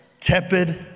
tepid